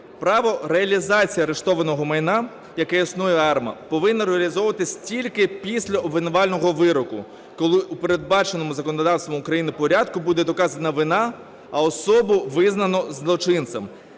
Право реалізації арештованого майна, яке існує АРМА, повинно реалізовуватись тільки після обвинувального вироку, коли у передбаченому законодавством України порядку буде доказана вина, а особу визнано злочинцем.